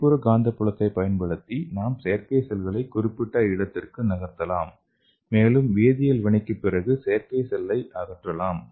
வெளிப்புற காந்தப்புலத்தைப் பயன்படுத்தி நாம் செயற்கை செல்களை குறிப்பிட்ட இடத்திற்கு நகர்த்தலாம் மேலும் வேதியியல் வினைக்குப் பிறகு செயற்கை செல்லை அகற்றலாம்